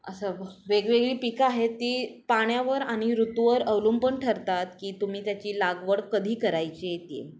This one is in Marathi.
असं वेगवेगळी पिकं आहेत ती पाण्यावर आणि ऋतूवर अवलंबून ठरतात की तुम्ही त्याची लागवड कधी करायची आहे ती